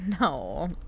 no